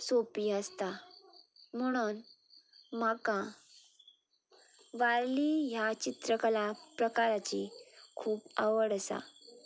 सोंपीं आसता म्हुणून म्हाका वारलीं ह्या चित्रकला प्रकाराची खूब आवड आसा